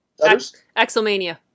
Axelmania